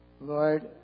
Lord